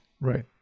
Right